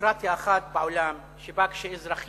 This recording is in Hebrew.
דמוקרטיה אחת בעולם, שבה כשאזרחים